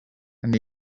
and